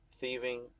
thieving